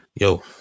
yo